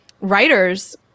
writers